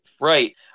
Right